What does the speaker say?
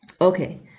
Okay